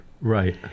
Right